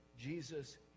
Jesus